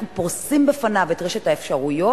אנחנו פורסים בפניו את רשת האפשרויות,